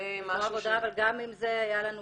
גם עם זה היה לנו,